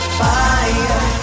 fire